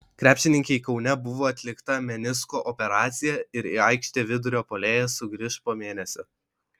krepšininkei kaune buvo atlikta menisko operacija ir į aikštę vidurio puolėja sugrįš po mėnesio